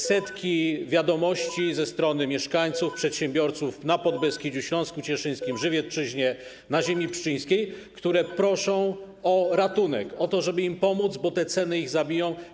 Setki wiadomości ze strony mieszkańców, przedsiębiorców na Podbeskidziu, Śląsku Cieszyńskim, Żywiecczyźnie, na ziemi pszczyńskiej, którzy proszą o ratunek, o to, żeby im pomóc, bo ceny ich zabiją.